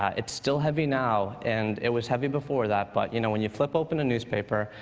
ah it's still heavy now, and it was heavy before that, but you know when you flipped open a newspaper,